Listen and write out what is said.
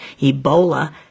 Ebola